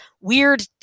weird